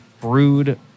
brewed